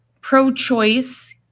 pro-choice